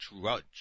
drudge